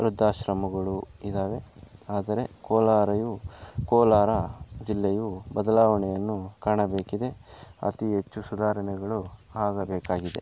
ವೃದ್ಧಾಶ್ರಮಗಳು ಇದ್ದಾವೆ ಆದರೆ ಕೋಲಾರವು ಕೋಲಾರ ಜಿಲ್ಲೆಯು ಬದಲಾವಣೆಯನ್ನು ಕಾಣಬೇಕಿದೆ ಅತಿ ಹೆಚ್ಚು ಸುಧಾರಣೆಗಳು ಆಗಬೇಕಾಗಿದೆ